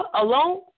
alone